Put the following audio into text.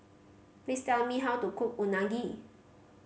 please tell me how to cook Unagi